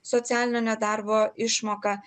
socialinio nedarbo išmoką